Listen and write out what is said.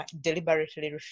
deliberately